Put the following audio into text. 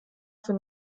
für